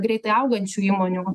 greitai augančių įmonių